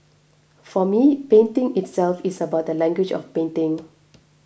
for me painting itself is about the language of painting